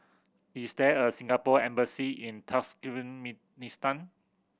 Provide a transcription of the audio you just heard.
is there a Singapore Embassy in